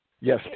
Yes